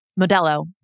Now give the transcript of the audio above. Modelo